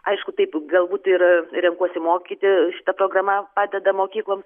aišku taip galbūt ir renkuosi mokyti šita programa padeda mokyklom